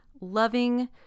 loving